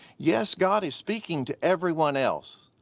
yes, god is speaking to everyone else.